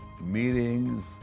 meetings